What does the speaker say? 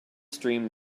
streamed